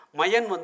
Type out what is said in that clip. mayan